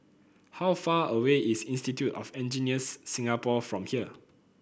how far away is Institute of Engineers Singapore from here